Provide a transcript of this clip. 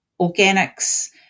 organics